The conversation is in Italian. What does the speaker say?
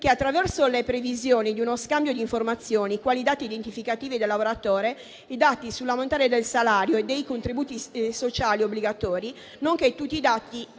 che attraverso la previsione di uno scambio di informazioni, quali dati identificativi dei lavoratori, dei dati sull'ammontare del salario e dei contributi sociali obbligatori, nonché di tutti i dati